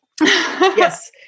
Yes